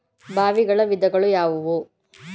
ಬಾವಿಗಳ ವಿಧಗಳು ಯಾವುವು?